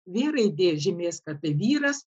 v raidė žymės kad tai vyras